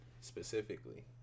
specifically